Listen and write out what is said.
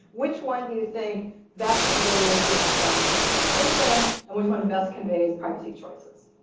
which one do you think best conveys, do not sell my personal information? and which one best conveys privacy choices?